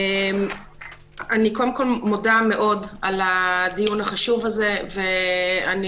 אני מודה מאוד על הדיון החשוב הזה ואני